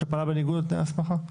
שפעלה בניגוד לתנאי הסמכה?